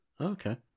Okay